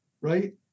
right